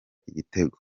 igitego